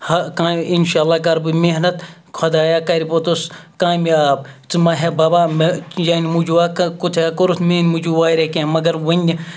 ہا کامہِ اِنشاء اللہ کَرٕ بہٕ محنت خۄداے ہا کَرِ پوٚتُس کامیاب ژٕ ما ہےٚ بَبا چانہِ موٗجوٗب ہہ ژےٚ ہہ کوٚرُتھ میٛانہِ موٗجوٗب واریاہ کینٛہہ مگر وٕنہِ